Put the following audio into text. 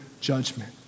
judgment